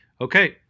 okay